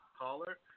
caller